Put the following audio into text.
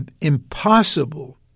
impossible